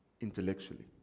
intellectually